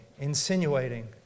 insinuating